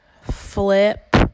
Flip